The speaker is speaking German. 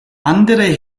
andere